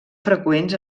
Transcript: freqüents